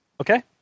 Okay